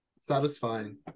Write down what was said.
Satisfying